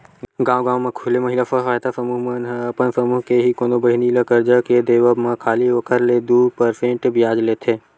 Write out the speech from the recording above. गांव गांव म खूले महिला स्व सहायता समूह मन ह अपन समूह के ही कोनो बहिनी ल करजा के देवब म खाली ओखर ले दू परसेंट बियाज लेथे